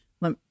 Let